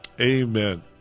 Amen